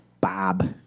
Bob